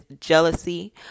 jealousy